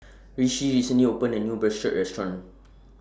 Rishi recently opened A New Bratwurst Restaurant